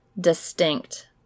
distinct